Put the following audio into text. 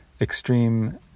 extreme